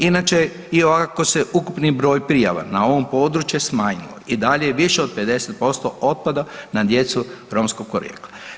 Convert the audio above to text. Inače iako se je ukupni broj prijava na ovom području smanjilo i dalje je više od 50% otpada na djecu romskog porijekla.